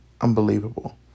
Unbelievable